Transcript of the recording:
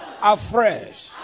Afresh